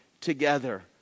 together